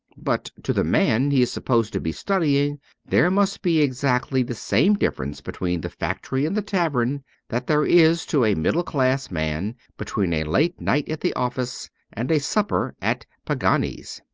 but to the man he is supposed to be studying there must be exactly the same difference between the factory and the tavern that there is to a middle-class man between a late night at the office and a supper at pagani's.